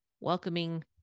welcoming